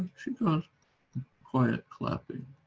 she got quiet clapping,